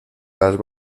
las